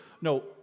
no